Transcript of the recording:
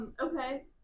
Okay